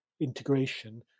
integration